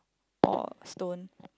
or stone